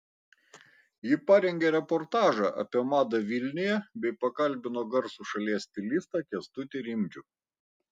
ji parengė reportažą apie madą vilniuje bei pakalbino garsų šalies stilistą kęstutį rimdžių